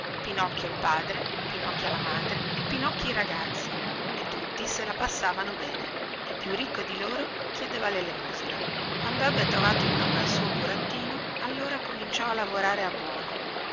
pinocchio il padre pinocchia la madre e pinocchi i ragazzi e tutti se la passavano bene il più ricco di loro chiedeva lelemosina quando ebbe trovato il nome al suo burattino allora cominciò a lavorare a buono